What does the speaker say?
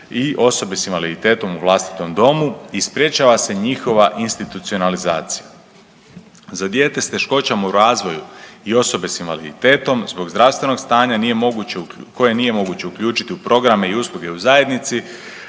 i osobe sa invaliditetom u vlastitom domu i sprječava se njihova institucionalizacija. Za dijete sa teškoćama u razvoju i osobe sa invaliditetom zbog zdravstvenog stanja koje nije moguće uključiti u programe i usluge u zajednici,